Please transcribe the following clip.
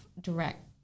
direct